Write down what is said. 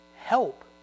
help